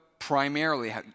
primarily